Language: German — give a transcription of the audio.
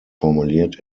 formuliert